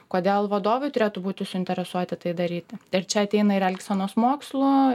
kodėl vadovai turėtų būti suinteresuoti tai daryti ir čia ateina ir elgsenos mokslo